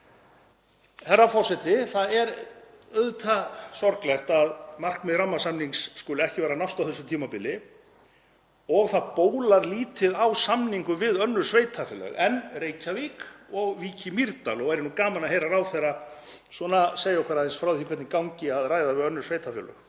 Það er auðvitað sorglegt að markmið rammasamnings skuli ekki vera að nást á þessu tímabili og það bólar lítið á samningum við önnur sveitarfélög en Reykjavík og Vík í Mýrdal og væri gaman að heyra ráðherra segja okkur aðeins frá því hvernig gangi að ræða við önnur sveitarfélög.